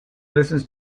listens